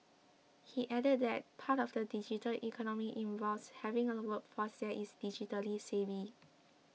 he added that part of the digital economy involves having a workforce that is digitally savvy